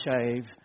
shave